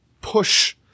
push